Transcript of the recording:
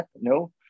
no